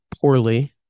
poorly